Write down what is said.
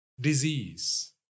disease